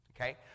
okay